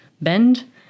bend